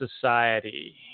society